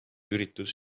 üritus